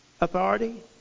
authority